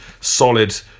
solid